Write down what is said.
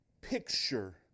picture